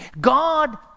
God